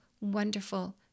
wonderful